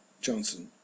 Johnson